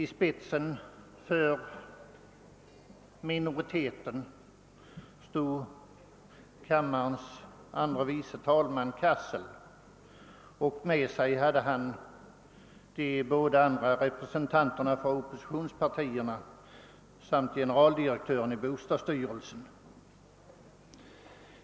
I spetsen för denna minoritet stod kammarens andre vice talman, herr Cassel, och med sig :-hade "han de båda andra representanterna för oppositionspartierna samt generaldirektören i bostadsstyrelsen.